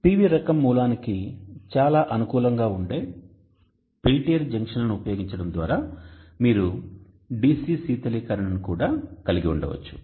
PV రకం మూలానికి చాలా అనుకూలంగా ఉండే పెల్టియర్ జంక్షన్లను ఉపయోగించడం ద్వారా మీరు DC శీతలీకరణను కూడా కలిగి ఉండవచ్చు